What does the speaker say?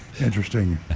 Interesting